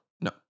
No